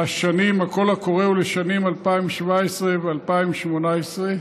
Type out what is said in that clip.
הקול הקורא הוא לשנים 2017 2018,